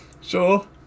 sure